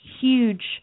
huge